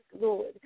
Lord